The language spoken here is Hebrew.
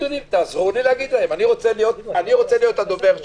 אני רוצה להיות הדובר שלכם,